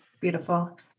Beautiful